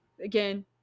Again